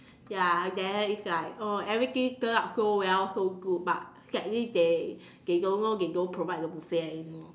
ya then it's like (uh)everything turn out so well so good but sadly they they don't know they don't provide the buffet anymore